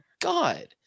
God